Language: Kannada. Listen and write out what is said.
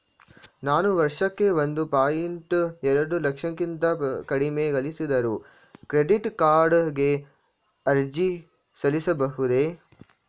ನಾನು ವರ್ಷಕ್ಕೆ ಒಂದು ಪಾಯಿಂಟ್ ಎರಡು ಲಕ್ಷಕ್ಕಿಂತ ಕಡಿಮೆ ಗಳಿಸಿದರೆ ಕ್ರೆಡಿಟ್ ಕಾರ್ಡ್ ಗೆ ಅರ್ಜಿ ಸಲ್ಲಿಸಬಹುದೇ?